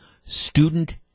student